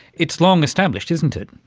it's long established, isn't it.